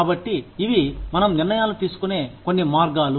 కాబట్టి ఇవి మనం నిర్ణయాలు తీసుకునే కొన్ని మార్గాలు